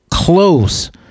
close